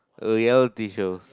uh reality shows